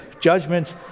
judgment